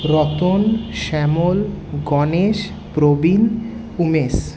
Ratan Shyamal Ganesh Prabin Umesh